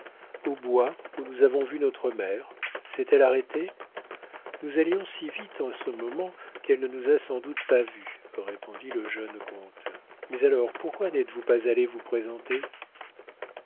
au bois où nous avons vu notre mère s'est-elle arrêtée nous allions si vite en ce moment qu'elle ne nous a sans doute pas vus répondit le jeune comte mais alors pourquoi n'êtes-vous pas allé vous présenter